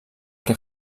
que